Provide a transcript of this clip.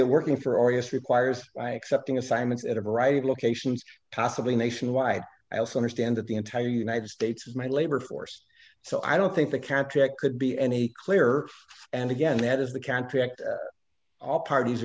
that working for arias requires by accepting assignments at a variety of locations possibly nationwide i also understand that the entire united states is my labor force so i don't think the contract could be any clearer and again that is the contract all parties